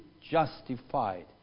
justified